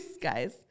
guys